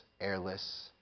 airless